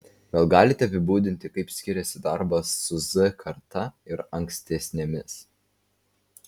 gal galite apibūdinti kaip skiriasi darbas su z karta ir ankstesnėmis